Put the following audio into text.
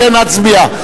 לכן נצביע.